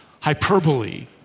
hyperbole